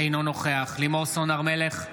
אינו נוכח לימור סון הר מלך,